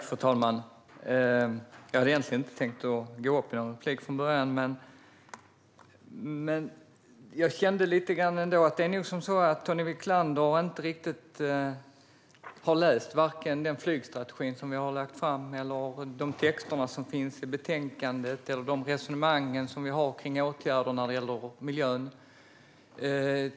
Fru talman! Jag hade egentligen inte tänkt gå upp i någon replik, men jag kände att Tony Wiklander nog varken hade läst den flygstrategi som vi har lagt fram, de texter som finns i betänkandet eller de resonemang vi har kring åtgärder för miljön.